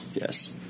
Yes